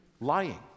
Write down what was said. Lying